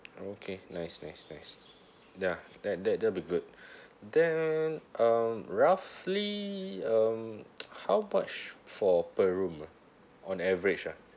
okay nice nice nice ya that that that'll be good then um roughly um how much for per room ah on average ah